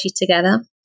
together